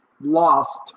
lost